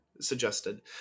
suggested